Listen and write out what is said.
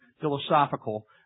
philosophical